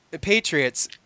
Patriots